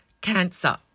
Cancer